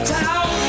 town